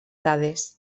dades